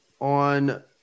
On